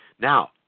Now